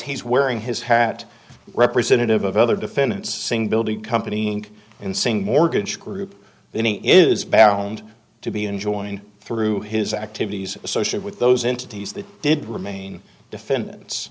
he's wearing his hat representative of other defendants saying building company inc in saying mortgage group then he is bound to be enjoying through his activities associate with those entities that did remain defendants